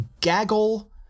gaggle